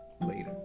Later